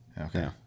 Okay